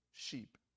sheep